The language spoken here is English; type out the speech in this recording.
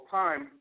time